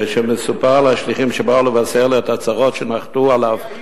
כשמסופר על השליחים שבאו לבשר לו על הצרות שנחתו עליו,